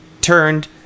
turned